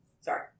Sorry